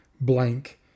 blank